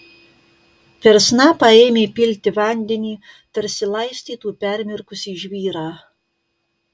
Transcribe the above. per snapą ėmė pilti vandenį tarsi laistytų permirkusį žvyrą